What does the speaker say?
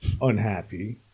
unhappy